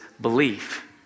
belief